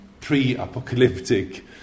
pre-apocalyptic